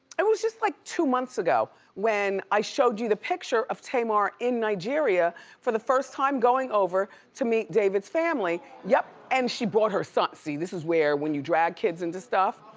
and was just like, two months ago when i showed you the picture of tamar in nigeria for the first time going over to meet david's family. yup, and she brought her son. see, this is where, when you drag kids into stuff,